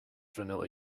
vanilla